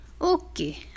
okay